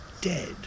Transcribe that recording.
dead